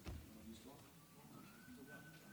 המכובדים,